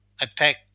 attack